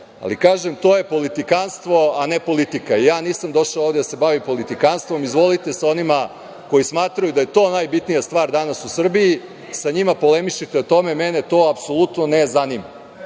kažem to je politikanstvo, a ne politika. Nisam ovde došao da se bavi politikanstvom, izvolite sa onima koji smatraju da je to najbitnija stvar danas u Srbiji, sa njima polemišite oko toga, mene to apsolutno ne zanima. Da